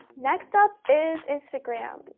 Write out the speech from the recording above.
next up is instagram,